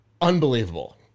unbelievable